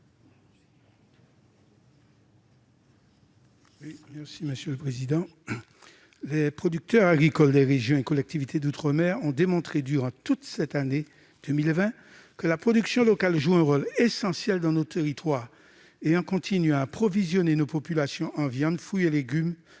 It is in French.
M. Maurice Antiste. Les producteurs agricoles des régions et collectivités d'outre-mer ont démontré durant toute l'année 2020 que la production locale joue un rôle essentiel dans nos territoires ; ils ont en effet continué à approvisionner nos populations en viandes, fruits et légumes